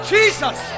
Jesus